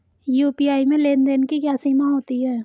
UPI में लेन देन की क्या सीमा होती है?